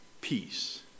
peace